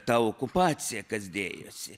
tą okupaciją kas dėjosi